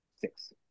six